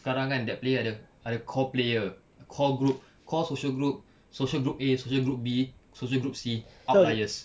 sekarang kan that player ada ada core player core group core social group social group A social group B social group C outliers